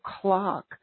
clock